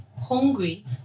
hungry